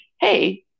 Hey